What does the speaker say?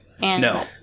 No